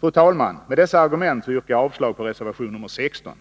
Fru talman! Med dessa argument yrkar jag avslag på reservation 16.